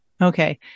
okay